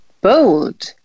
bold